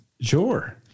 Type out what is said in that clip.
Sure